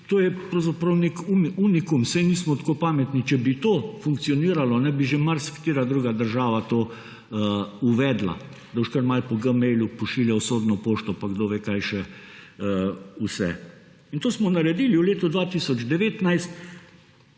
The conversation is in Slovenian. To je pravzaprav nek unikum, saj nismo tako pametni. Če bi to funkcioniralo, bi že marsikatera druga država to uvedla, da boš kar malo po Gmailu pošiljal sodno pošto pa kdo ve kaj še vse. In to smo naredili v letu 2019.